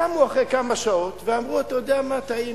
קמו אחרי כמה שעות ואמרו: אתה יודע מה, טעינו.